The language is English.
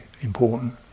important